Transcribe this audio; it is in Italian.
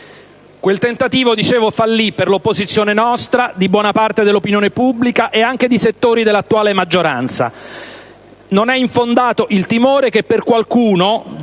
Grazie,